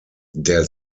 der